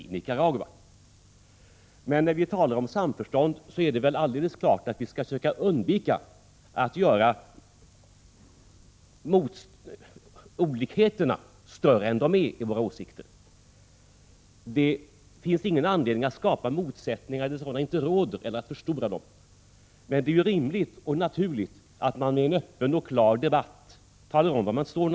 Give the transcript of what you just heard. Nicaragua. När vi talar om samförstånd är det dock klart att vi skall försöka att inte göra olikheterna i våra åsikter större än de är. Det finns ingen anledning att skapa motsättningar när sådana inte råder eller att förstora dem som finns. Men det är rimligt och naturligt att man i en öppen och klar debatt talar om var man står.